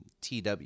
tw